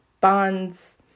bonds